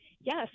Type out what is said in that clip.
yes